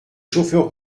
chauffeur